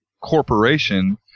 corporation